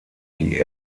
die